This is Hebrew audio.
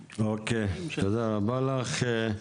אוקיי, תודה רבה לך.